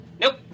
nope